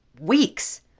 weeks